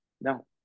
No